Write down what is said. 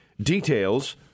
Details